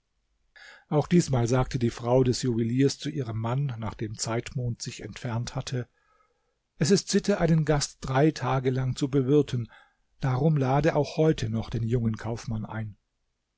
auch diesmal sagte die frau des juweliers zu ihrem mann nachdem zeitmond sich entfernt hatte es ist sitte einen gast drei tage lang zu bewirten darum lade auch heute noch den jungen kaufmann ein